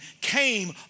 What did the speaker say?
came